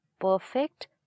perfect